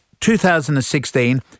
2016